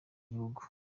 igihugu